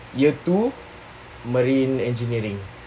year two marine engineering